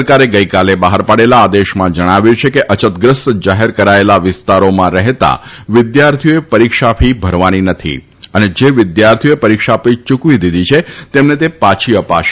સરકારે ગઈકાલે બહાર પાડેલા આદેશમાં જણાવ્યું છે કે અછતગ્રસ્ત જાહેર કરાયેલા વિસ્તારોમાં રહેતા વિદ્યાર્થીઓએ પરીક્ષા ફી ભરવાની નથી અને જે વિદ્યાર્થીઓએ પરીક્ષા ફી યૂકવી દીધી છે તેમને તે પાછી અપાશે